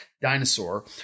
dinosaur